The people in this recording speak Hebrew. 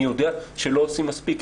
אני יודע שלא עושים מספיק.